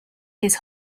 his